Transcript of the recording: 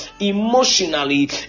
emotionally